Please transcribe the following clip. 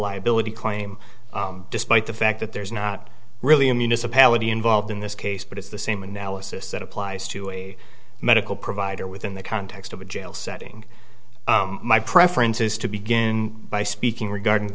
liability claim despite the fact that there's not really a municipality involved in this case but it's the same analysis that applies to a medical provider within the context of a jail setting my preference is to begin by speaking